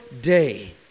day